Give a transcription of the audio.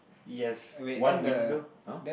yes one window